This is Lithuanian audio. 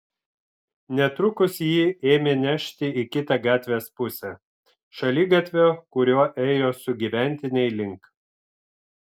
netrukus jį ėmė nešti į kitą gatvės pusę šaligatvio kuriuo ėjo sugyventiniai link